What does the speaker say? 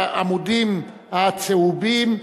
בעמודים הצהובים,